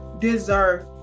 deserve